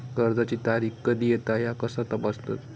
कर्जाची तारीख कधी येता ह्या कसा तपासतत?